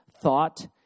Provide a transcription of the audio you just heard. thought